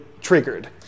triggered